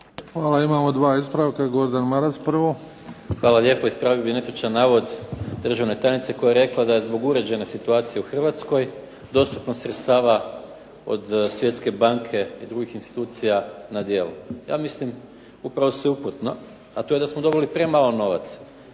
Hvala. Imamo dva ispravaka. Gordan Maras prvo. **Maras, Gordan (SDP)** Hvala lijepo. Ispravio bih netočan navod državne tajnice koja je rekla da je zbog uređene situacije u Hrvatskoj, dostupnost sredstava od Svjetske banke i drugih institucija na djelu. Ja mislim upravno suprotno, a to je da smo dobili premalo novaca.